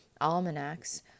Almanacs